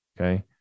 Okay